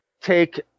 take